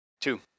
Two